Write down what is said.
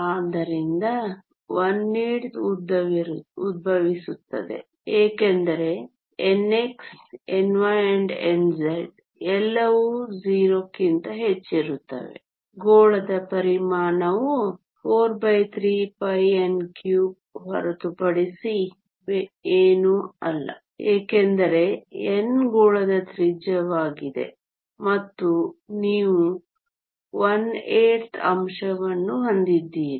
ಆದ್ದರಿಂದ 18thಉದ್ಭವಿಸುತ್ತದೆ ಏಕೆಂದರೆ nx nynz ಎಲ್ಲವೂ 0 ಕ್ಕಿಂತ ಹೆಚ್ಚಿರುತ್ತವೆ ಗೋಳದ ಪರಿಮಾಣವು 43n3 ಹೊರತುಪಡಿಸಿ ಏನೂ ಇಲ್ಲ ಏಕೆಂದರೆ n ಗೋಳದ ತ್ರಿಜ್ಯವಾಗಿದೆ ಮತ್ತು ನೀವು 18th ಅಂಶವನ್ನು ಹೊಂದಿದ್ದೀರಿ